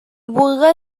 vulga